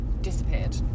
disappeared